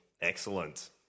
Excellent